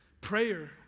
prayer